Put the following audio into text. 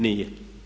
Nije.